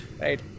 Right